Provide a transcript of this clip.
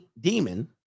Demon